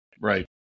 Right